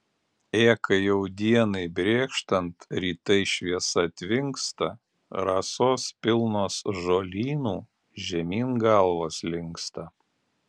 ė kai jau dienai brėkštant rytai šviesa tvinksta rasos pilnos žolynų žemyn galvos linksta